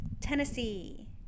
Tennessee